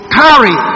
carry